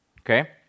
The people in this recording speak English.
Okay